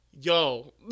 Yo